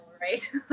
right